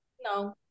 No